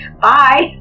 Bye